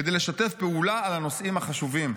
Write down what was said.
כדי לשתף פעולה בנושאים החשובים.